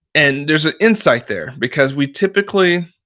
and there's an insight there because we typically,